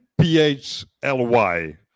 PHLY